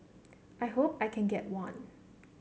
I hope I can get one